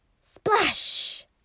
Splash